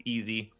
Easy